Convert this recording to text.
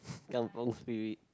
kampung Spirit